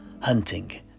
hunting